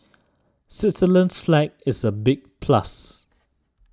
Switzerland's flag is a big plus